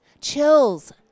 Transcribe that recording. chills